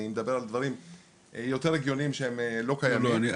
אני מדבר על דברים יותר הגיוניים שהם לא קיימים.